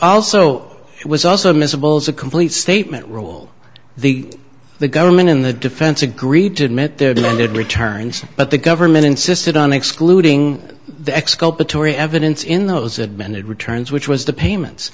also was also miserables a complete statement rule the the government in the defense agreed to admit their demanded returns but the government insisted on excluding exculpatory evidence in those admitted returns which was the payments